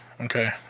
Okay